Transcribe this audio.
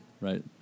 right